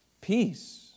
peace